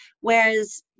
Whereas